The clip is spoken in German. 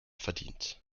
verdient